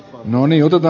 monilta